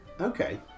Okay